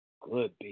Good